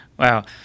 Wow